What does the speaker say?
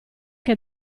che